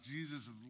Jesus